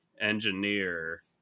engineer